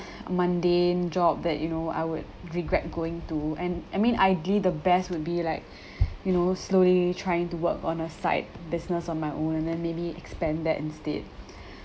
mundane job that you know I would regret going to and I mean ideally the best would be like you know slowly trying to work on a side business on my own and then maybe expand that instead